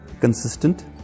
consistent